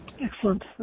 Excellent